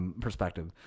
perspective